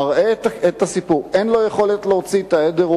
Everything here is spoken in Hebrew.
מראה את הסיפור אין לו יכולת להוציא את העדר,